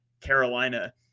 Carolina